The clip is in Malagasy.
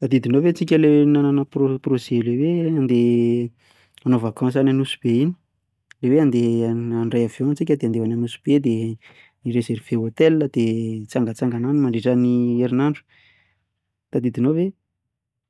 Tadidinao ve tsika ilay nanana pro- projet ilay hoe andeha hanao vakansy any Nosy be iny? Hoe andeha handray avion isika andeha hoany Nosy be, dia hi-rezerve hotel dia hitsangatsangana any mandritra ny herinandro? Tadidinao ve?